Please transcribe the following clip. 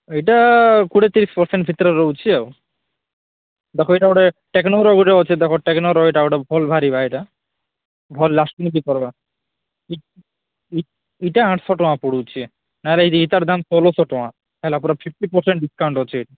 ଏଇଟା କୁଡ଼ିଏ ତିରିଶ ପରସେଣ୍ଟ ଭିତରେ ରହୁଛି ଆଉ ଦେଖ ଏଇଟା ଗୁଟେ ଟେକ୍ନୋର ଗୁଟେ ଅଛି ଦେଖ ଟେକ୍ନୋର ଏଇଟା ଗୁଟେ ଭଲ ବାହାରିବା ଏଇଟା ଭଲ ଲାଷ୍ଟିଙ୍ଗ ବି କରବା ଇଟା ଆଠଶହ ଟଙ୍କା ପଡ଼ୁଛି ନାରେ ଏଇଟାର ଦାମ୍ ଷୋହଳଶହ ଟଙ୍କା ହେଲା ପୁରା ଫିପ୍ଟି ପରସେଣ୍ଟ୍ ଡିସକାଉଣ୍ଟ୍ ଅଛି